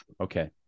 Okay